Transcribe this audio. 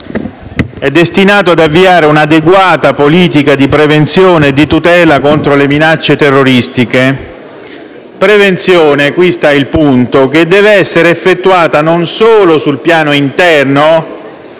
è destinato ad avviare un'adeguata politica di prevenzione e di tutela contro le minacce terroristiche, prevenzione - qui sta il punto - che deve essere effettuata non solo sul piano interno,